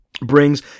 brings